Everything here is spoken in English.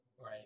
Right